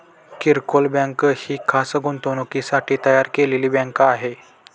किरकोळ बँक ही खास गुंतवणुकीसाठी तयार केलेली बँक आहे